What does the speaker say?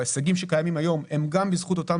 ההישגים שקיימים היום הם גם בזכות אותם